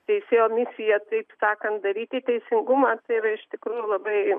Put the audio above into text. teisėjo misija taip sakant daryti teisingumą tai yra iš tikrųjų labai